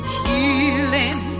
healing